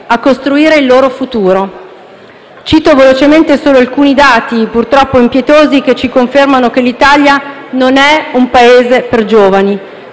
a costruire il loro futuro. Cito velocemente solo alcuni dati, purtroppo impietosi, che ci confermano che l'Italia non è un Paese per giovani.